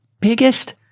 biggest